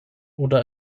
oder